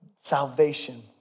salvation